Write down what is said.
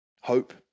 hope